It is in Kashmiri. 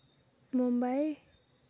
مُمباے